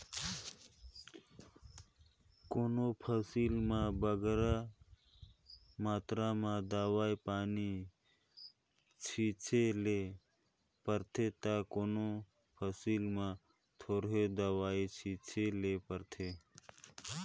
कोनो फसिल में बगरा मातरा में दवई पानी छींचे ले परथे ता कोनो फसिल में थोरहें दवई पानी छींचे ले परथे